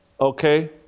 okay